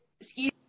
excuse